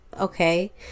okay